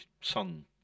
son